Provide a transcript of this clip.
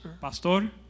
Pastor